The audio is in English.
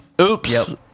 oops